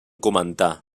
comentar